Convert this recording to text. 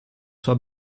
sua